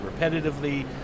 repetitively